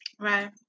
Right